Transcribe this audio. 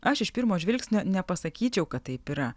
aš iš pirmo žvilgsnio nepasakyčiau kad taip yra